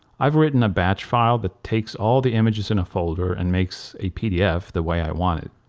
i've written a batch file that takes all the images in a folder and makes a pdf the way i want it.